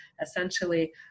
essentially